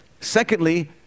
Secondly